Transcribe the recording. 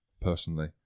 personally